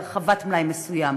להרחבת מלאי מסוים,